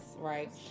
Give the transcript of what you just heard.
right